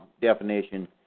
definition